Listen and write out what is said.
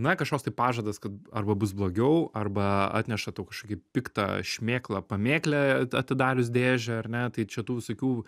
na kažkoks tai pažadas kad arba bus blogiau arba atneša tau kažkokį piktą šmėklą pamėklę atidarius dėžę ar ne tai čia tų visokių